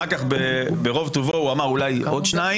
אחר כך ברוב טובו הוא אמר שאולי עוד שניים.